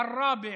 עראבה,